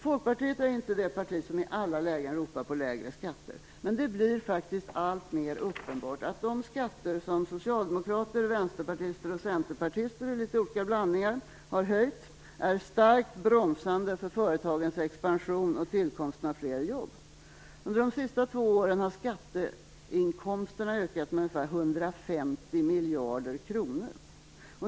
Folkpartiet är inte det parti som i alla lägen ropar på lägre skatter, men det blir faktiskt alltmer uppenbart att de skatter som socialdemokrater, vänsterpartister och centerpartister i olika blandningar har höjt är starkt bromsande för företagens expansion och för tillkomsten av fler jobb. Under de senaste två åren har skatteinkomsterna ökat med ungefär 150 miljarder kronor.